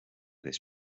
this